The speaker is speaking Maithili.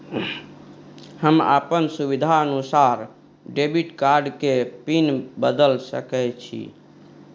हम अपन सुविधानुसार डेबिट कार्ड के पिन बदल सके छि?